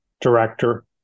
director